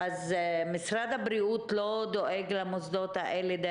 אז משרד הבריאות לא דואג למוסדות האלה?